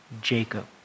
Jacob